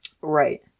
Right